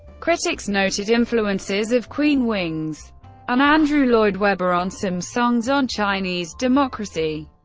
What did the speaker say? critics noted influences of queen, wings and andrew lloyd webber on some songs on chinese democracy.